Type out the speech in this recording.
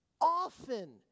often